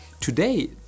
today